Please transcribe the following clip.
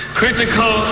critical